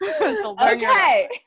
Okay